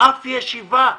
אף ישיבה.